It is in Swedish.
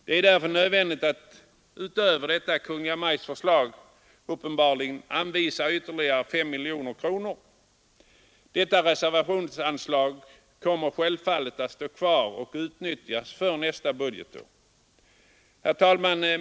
Det är därför nödvändigt att utöver Kungl. Maj:ts förslag anvisa ytterligare 5 miljoner kronor. Detta reservationsanslag kommer självfallet att stå kvar och utnyttjas först nästa budgetår. Herr talman!